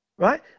Right